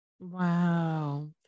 Wow